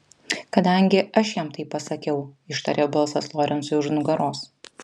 kadangi aš jam tai pasakiau ištarė balsas lorencui už nugaros